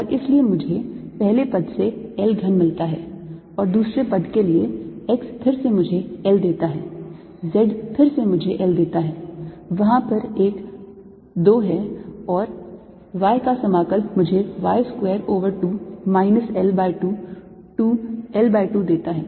और इसलिए मुझे पहले पद से L घन मिलता है और दूसरे पद के लिए x फिर से मुझे L देता है z फिर से मुझे L देता है वहां पर एक 2 है और y का समाकल मुझे y square over 2 minus L by 2 to L by 2 देता है